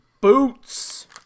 boots